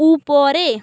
উপরে